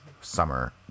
Summer